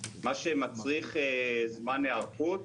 מה שמצריך זמן היערכות.